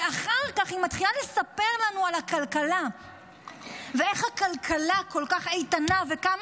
ואחר כך היא מתחילה לספר לנו על הכלכלה ואיך הכלכלה כל כך איתנה וכמה